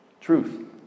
truth